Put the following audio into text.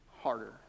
harder